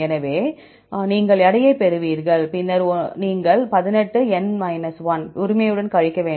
எனவே நீங்கள் எடையைப் பெறுவீர்கள் பின்னர் நீங்கள் 18 உரிமையுடன் கழிக்க வேண்டும்